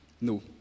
No